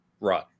run